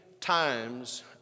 times